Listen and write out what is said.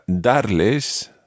darles